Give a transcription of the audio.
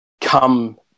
come